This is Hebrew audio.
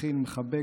הכי מחבק,